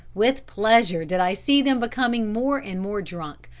with pleasure did i see them becoming more and more drunk,